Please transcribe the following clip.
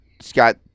scott